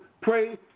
pray